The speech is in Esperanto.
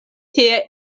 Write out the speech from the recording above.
tie